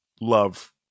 love